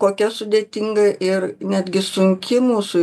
kokia sudėtinga ir netgi sunki mūsų